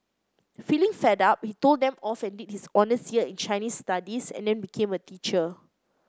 feeling fed up he told them off and did his honours year in Chinese Studies and then became a teacher